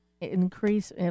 increase